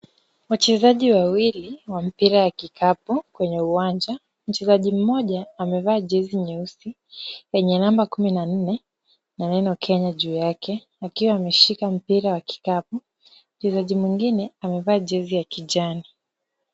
Wachezaji wawili wa mpira ya kikapu kwenye uwanja. Mchezaji mmoja amevaa jezi nyeusi lenye number kumi na nne na neno Kenya juu yake, akiwa ameshika mpira wa kikapu. Mchezaji mwingine amevaa jezi ya kijani.